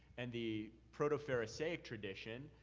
and the protopharisaic tradition,